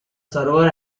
server